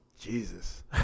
jesus